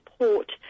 support